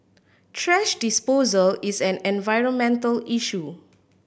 thrash disposal is an environmental issue